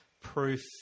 proof